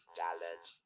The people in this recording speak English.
talent